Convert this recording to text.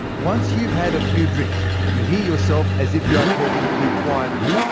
once you've had a few drinks, you hear yourself as if you are talking too quietly.